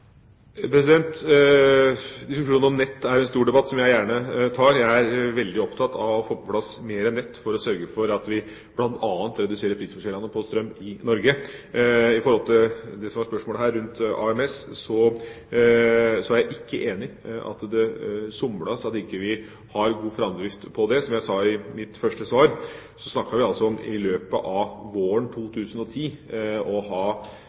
Diskusjonen om nett er en stor debatt, som jeg gjerne tar. Jeg er veldig opptatt av å få på plass mer nett, for å sørge for at vi bl.a. reduserer prisforskjellene på strøm i Norge. Når det gjelder det som var spørsmålet her rundt AMS, så er jeg ikke enig i at det somles, og at vi ikke har god framdrift på det. Som jeg sa i mitt første svar, snakker vi altså om å ha bedre kunnskap om dette i løpet av våren